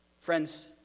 Friends